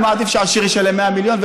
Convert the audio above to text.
אני מעדיף שעשיר ישלם 100 מיליון,